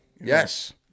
Yes